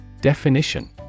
Definition